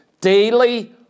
Daily